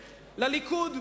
לליכוד.